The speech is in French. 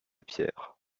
pierre